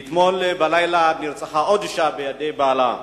ואתמול בלילה נרצחה עוד אשה בידי בעלה.